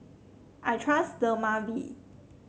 I trust Dermaveen